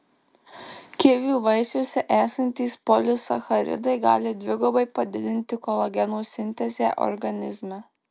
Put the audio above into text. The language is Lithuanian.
kivių vaisiuose esantys polisacharidai gali dvigubai padidinti kolageno sintezę organizme